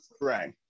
Right